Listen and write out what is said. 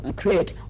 create